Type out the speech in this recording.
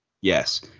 Yes